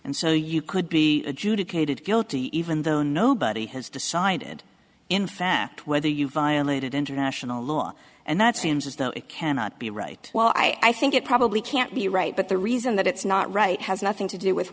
and so you could be adjudicated guilty even though nobody has decided in fact whether you violated international law and that seems as though it cannot be right well i think it probably can't be right but the reason that it's not right has nothing to do with